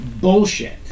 Bullshit